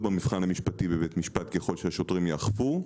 במבחן המשפטי בבית המשפט ככל שהשוטרים יאכפו,